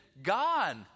God